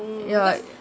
ya